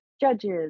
judges